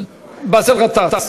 באסל גטאס.